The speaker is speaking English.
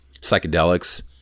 psychedelics